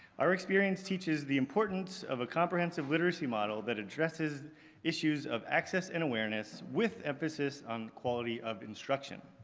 our experience teaches the importance of a comprehensive literacy model that addresses issues of access and awareness with emphasis on quality of instruction.